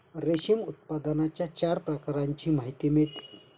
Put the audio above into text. रेशीम उत्पादनाच्या चार प्रकारांची माहिती मिळते